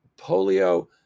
polio